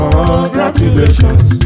Congratulations